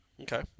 Okay